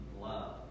love